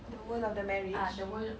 the world of the marriage